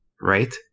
right